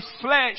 flesh